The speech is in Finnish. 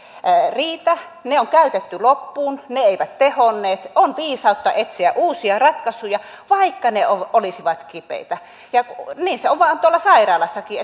riitä ne on käytetty loppuun ne eivät tehonneet on viisautta etsiä uusia ratkaisuja vaikka ne olisivat kipeitä ja niin se on vaan tuolla sairaalassakin